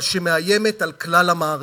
אבל היא מאיימת על כלל המערכת.